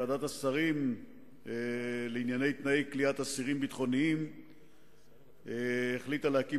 ועדת השרים לענייני תנאי כליאת אסירים ביטחוניים החליטה להקים